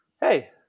Hey